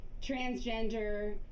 transgender